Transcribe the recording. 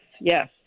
yes